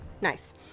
Nice